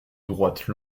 droite